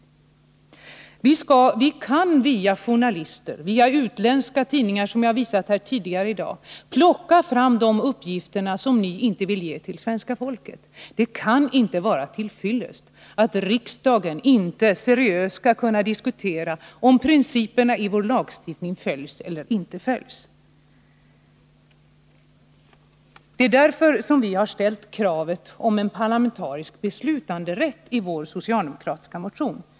Vi kan via journalister, via utländska tidningar — som jag har visat här tidigare i dag — plocka fram de uppgifter som ni inte vill ge till svenska folket. Det kan inte vara till fyllest att riksdagen inte seriöst skall kunna diskutera huruvida principerna i vår lagstiftning följs eller inte följs. Det är därför som vi i vår socialdemokratiska motion har ställt kravet på parlamentarisk beslutanderätt.